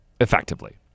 effectively